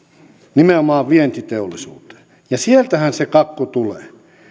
nimenomaan vientiteollisuuteen ja sieltähän se kakku tulee